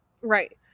Right